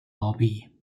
lobby